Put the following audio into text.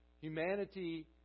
Humanity